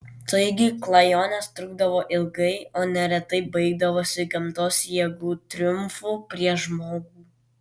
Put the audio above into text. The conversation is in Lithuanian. taigi klajonės trukdavo ilgai o neretai baigdavosi gamtos jėgų triumfu prieš žmogų